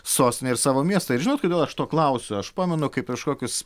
sostinę ir savo miestą ir žinot kodėl aš to klausiu aš pamenu kaip prieš kokius